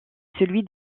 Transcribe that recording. celui